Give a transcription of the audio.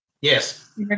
Yes